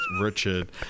Richard